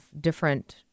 different